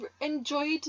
enjoyed